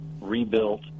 rebuilt